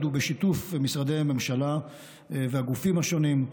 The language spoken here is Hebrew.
ובשיתוף משרדי הממשלה והגופים השונים,